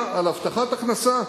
שקבלה על הבטחת הכנסה,